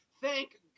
Thank